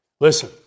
Listen